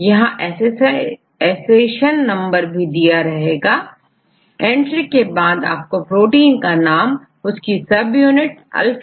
यहां accession number दिया गया है एंट्री के बाद आपको प्रोटीन का नाम उसकी subunit alpha beta gamma के बारे में पता चल जाएगा